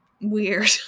weird